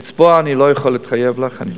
אני לא יכול להתחייב לך בעניין של לצבוע,